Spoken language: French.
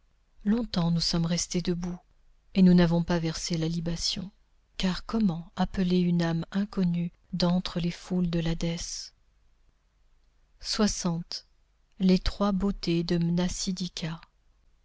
longtemps nous sommes restées debout et nous n'avons pas versé la libation car comment appeler une âme inconnue d'entre les foules de l'hadès les trois beautés de